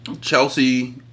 Chelsea